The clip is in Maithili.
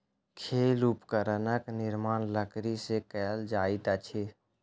खेल उपकरणक निर्माण लकड़ी से कएल जाइत अछि